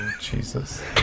Jesus